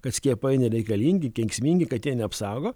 kad skiepai nereikalingi kenksmingi kad jie neapsaugo